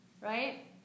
right